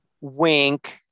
wink